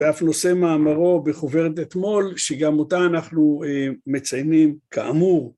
ואף נושא מאמרו בחוברת אתמול שגם אותה אנחנו מציינים כאמור